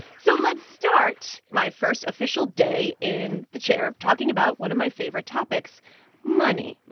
so let's start my first official day in the chair talking about one of my favorite topics money.